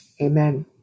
Amen